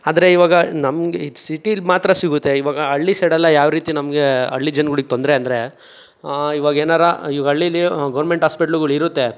ಆದರೆ ಇವಾಗ ನಮಗೆ ಇದು ಸಿಟಿಲಿ ಮಾತ್ರ ಸಿಗುತ್ತೆ ಇವಾಗ ಹಳ್ಳಿ ಸೈಡೆಲ್ಲ ಯಾವರೀತಿ ನಮಗೆ ಹಳ್ಳಿ ಜನ್ಗಳಿಗ್ ತೊಂದರೆ ಅಂದರೆ ಇವಾಗೇನಾರ ಇವಾಗ ಹಳ್ಳಿಲಿ ಗೌರ್ಮೆಂಟ್ ಆಸ್ಪೆಟ್ಲ್ಗಳಿರುತ್ತೆ